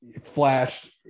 flashed